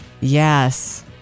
Yes